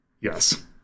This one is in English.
Yes